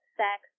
sex